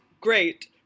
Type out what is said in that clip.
great